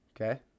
okay